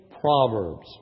proverbs